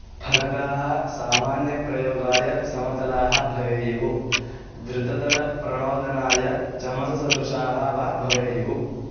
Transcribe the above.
फलकाः सामान्यप्रयोगाय समतलाः भवेयुः द्रुततरप्रणोदनाय चमससदृशाः वा भवेयुः